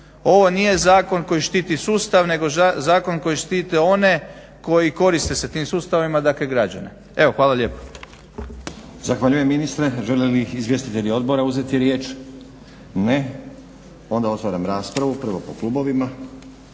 Ovo nije zakon koji štiti sustav nego zakon koji štiti one koji koriste se tim sustavima, dakle građane. Evo, hvala lijepa.